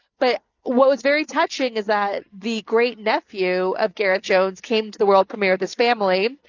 but what was very touching is that the great nephew of gareth jones came to the world premiere of this family,